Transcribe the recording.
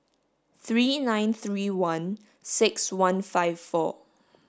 three nine three one six one five four